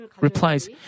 replies